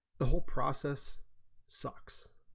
the whole process socks